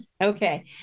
Okay